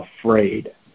afraid